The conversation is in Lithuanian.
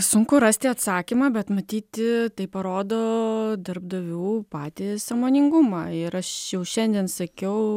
sunku rasti atsakymą bet matyti tai parodo darbdavių patį sąmoningumą ir aš jau šiandien sakiau